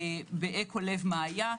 באקו לב מה היה.